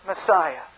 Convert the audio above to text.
Messiah